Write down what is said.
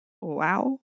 Wow